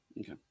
okay